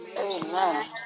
Amen